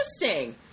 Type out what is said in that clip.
interesting